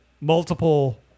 multiple